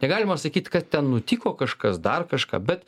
negalima sakyt kad ten nutiko kažkas dar kažką bet